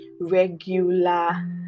regular